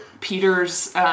Peter's